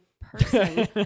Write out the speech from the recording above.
person